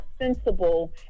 sensible